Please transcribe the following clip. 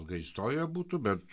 ilga istorija būtų bet